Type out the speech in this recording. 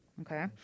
okay